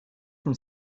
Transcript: from